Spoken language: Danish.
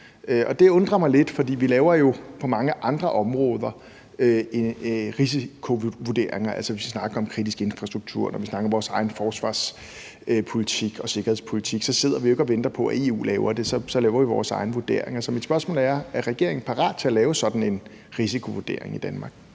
det undrer mig lidt. For vi laver jo på mange andre områder risikovurderinger. Altså, når vi snakker om kritisk infrastruktur, og når vi snakker om vores egen forsvarspolitik og sikkerhedspolitik, så sidder vi jo ikke og venter på, at EU laver det, men så laver vi vores egne vurderinger. Så mit spørgsmål er, om regeringen er parat til at lave sådan en risikovurdering i Danmark.